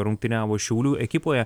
rungtyniavo šiaulių ekipoje